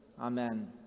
Amen